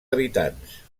habitants